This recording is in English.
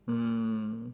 mm